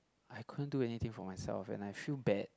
I couldn't do anything for myself and I feel bad